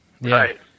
Right